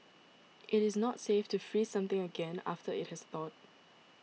it is not safe to freeze something again after it has thawed